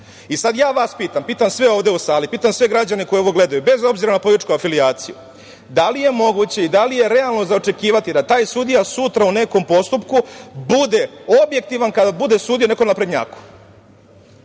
ja vas pitam, pitam sve ovde u sali, pitam sve građane koji ovo gledaju, bez obzira na političku afilijaciju, da li je moguće i da li je realno za očekivati da taj sudija sutra u nekom postupku bude objektivan kada bude sudio nekom naprednjaku?